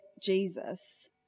Jesus